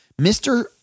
Mr